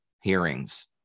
hearings